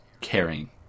caring